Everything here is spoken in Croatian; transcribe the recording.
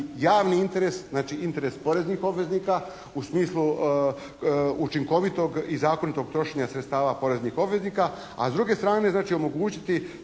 javni interes, znači interes poreznih obveznika u smislu učinkovitog i zakonitog trošenja sredstava poreznih obveznika, a s druge strane znači omogućiti